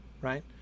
right